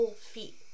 feet